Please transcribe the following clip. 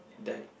died